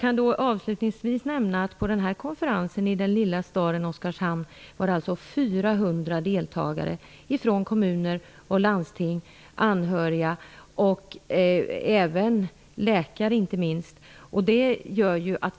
Avslutningsvis kan jag säga att det på konferensen i den lilla staden Oskarshamn var 400 deltagare. Det var folk från kommuner och landsting samt anhöriga och, inte minst, läkare.